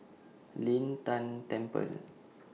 Lin Tan Temple